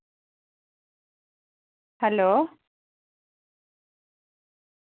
hello